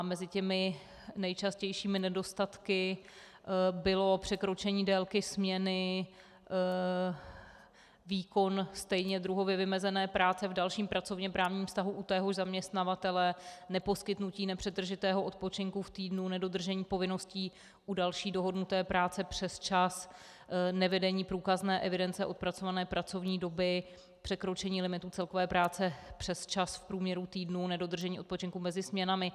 Mezi nejčastějšími nedostatky bylo překročení délky směny, výkon stejně druhově vymezené práce v dalším pracovněprávním vztahu u téhož zaměstnavatele, neposkytnutí nepřetržitého odpočinku v týdnu, nedodržení povinností u další dohodnuté práce přesčas, nevedení průkazné evidence odpracované pracovní doby, překročení limitů celkové práce přesčas v průměru týdnů, nedodržení odpočinku mezi směnami.